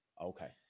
Okay